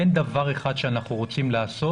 אין דבר אחר שאנחנו רוצים לעשות,